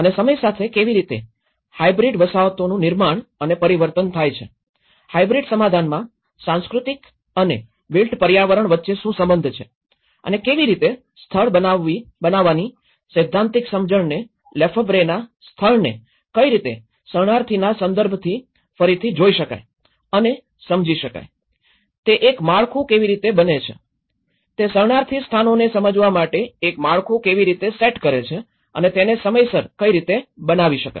અને સમય સાથે કેવી રીતે હાયબ્રીડ વસાહતોનું નિર્માણ અને પરિવર્તન થાય છે હાયબ્રીડ સમાધાનમાં સાંસ્કૃતિક અને બિલ્ટ વાતાવરણ વચ્ચે શું સંબંધ છે અને કેવી રીતે સ્થળ બનાવની સૈદ્ધાંતિક સમજણને લેફેબ્રેના સ્થળને કઈરીતે શર્ણાર્થીના સંદર્ભથી ફરીથી જોઈ શકાય અને સમજી શકાય તે એક માળખું કેવી રીતે બને છે તે શરણાર્થી સ્થાનોને સમજવા માટે એક માળખું કેવી રીતે સેટ કરે છે અને તેને સમયસર કઈ રીતે બનાવી શકાય